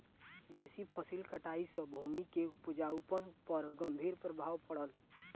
बेसी फसिल कटाई सॅ भूमि के उपजाऊपन पर गंभीर प्रभाव पड़ल